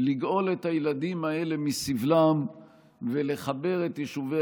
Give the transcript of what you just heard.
לגאול את הילדים האלה מסבלם ולחבר את יישובי